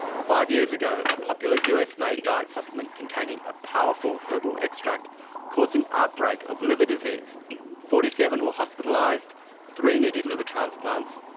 five years ago a popular us-made diet supplement containing a powerful herbal extract caused an outbreak of liver disease forty seven were hospitalised, three needed liver transplants,